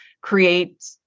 create